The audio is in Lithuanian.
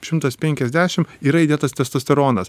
šimtas penkiasdešim yra įdėtas testosteronas